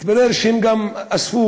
מתברר שהם גם אספו